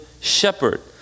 shepherd